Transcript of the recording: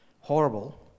horrible